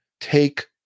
take